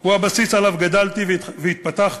הוא הבסיס שעליו גדלתי והתפתחתי,